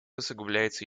усугубляется